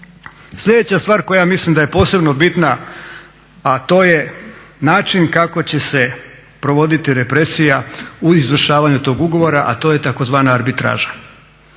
Sljedeća stvar koja mislim da je posebno bitna, a to je način kako će se provoditi represija u izvršavanju tog ugovora, a to je tzv. arbitraža.